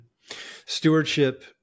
Stewardship